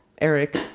eric